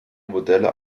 modelle